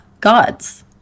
gods